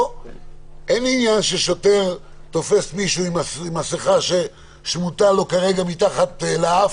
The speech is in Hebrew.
שאין עניין ששוטר תופס מישהו עם מסכה ששמוטה לו כרגע קצת מתחת לאף,